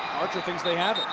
archer thinks they have it.